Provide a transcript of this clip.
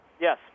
Yes